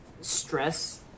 stress